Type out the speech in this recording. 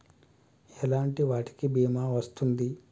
ఎలాంటి వాటికి బీమా వస్తుంది?